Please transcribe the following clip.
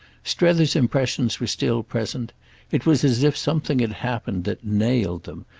strether's impressions were still present it was as if something had happened that nailed them,